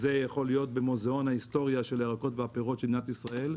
זה יכול להיות במוזיאון ההיסטוריה של הירקות והפירות של מדינת ישראל,